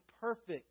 perfect